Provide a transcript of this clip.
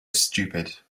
stupid